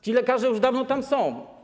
Ci lekarze już dawno tam są.